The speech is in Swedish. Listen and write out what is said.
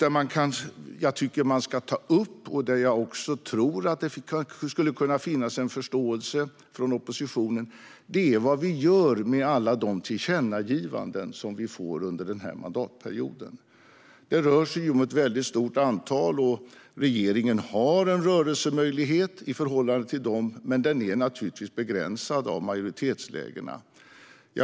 En punkt som jag tycker att man ska ta upp - där jag också tror att det skulle kunna finnas förståelse från oppositionen - är vad vi gör med alla de tillkännagivanden som vi får under denna mandatperiod. Det rör sig om ett väldigt stort antal. Regeringen har en rörelsemöjlighet i förhållande till dem, men den är naturligtvis begränsad av majoritetslägena.